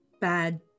bad